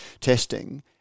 testing